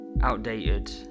outdated